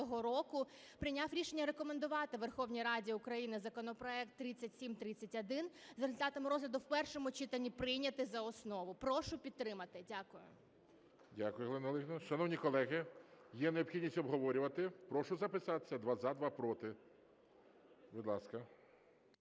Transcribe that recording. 20-го року прийняв рішення рекомендувати Верховній Раді України законопроект 3731 за результатами розгляду в першому читанні прийняти за основу. Прошу підтримати. Дякую. ГОЛОВУЮЧИЙ. Дякую, Галина Олегівна. Шановні колеги, є необхідність обговорювати? Прошу записатися: два – за, два – проти, будь ласка.